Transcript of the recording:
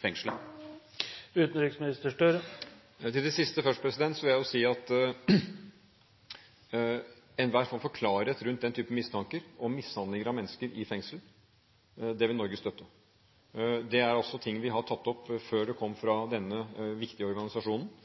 fengselet. Til det siste først: Jeg vil jo si at enhver form for klarhet rundt den type mistanker om mishandling av mennesker i fengsel vil Norge støtte. Det er også ting vi har tatt opp før det kom fra denne viktige organisasjonen,